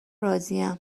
راضیم